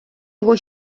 його